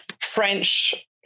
French